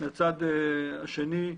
רק שאריאל יסיים.